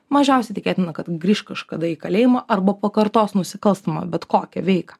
mažiausiai tikėtina kad grįš kažkada į kalėjimą arba pakartos nusikalstamą bet kokią veiką